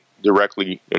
directly